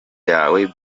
yawe